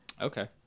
Okay